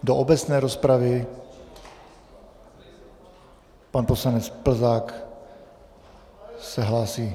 Do obecné rozpravy pan poslanec Plzák se hlásí.